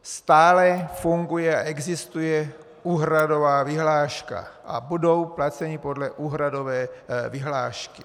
Stále funguje a existuje úhradová vyhláška a budou placeni podle úhradové vyhlášky.